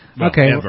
Okay